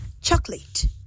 chocolate